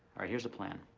right, here's the plan,